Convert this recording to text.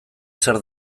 zer